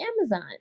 Amazon